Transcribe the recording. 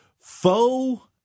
faux